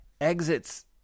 Exits